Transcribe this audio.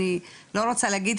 אני לא רוצה להגיד,